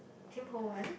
tim-ho-wan